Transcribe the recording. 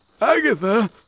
Agatha